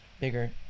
bigger